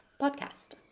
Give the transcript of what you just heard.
podcast